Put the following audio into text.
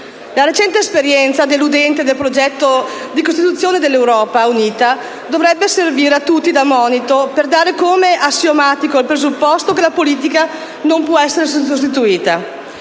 La recente esperienza deludente del progetto di Costituzione dell'Europa unita dovrebbe servire da monito per dare come assiomatico il presupposto che la politica non può essere sostituita.